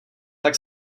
tak